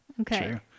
Okay